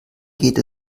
geht